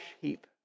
heap